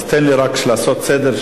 אז תן לי רק לעשות סדר,